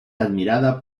admirada